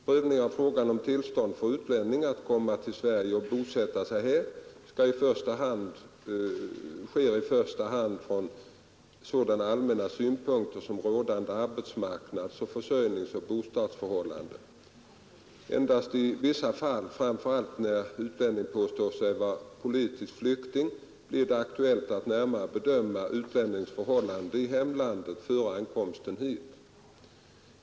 Prövning av fråga om tillstånd för utlänning att komma till Sverige och att bosätta sig här sker i första hand från sådana allmänna synpunkter som rådande arbetsmarknads-, försörjningsoch bostadsförhållanden. Endast i vissa fall, framför allt när utlänningen påstår sig vara politisk flykting, blir det aktuellt att närmare bedöma utlänningens förhållanden i hemlandet före ankomsten hit.